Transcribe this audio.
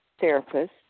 therapist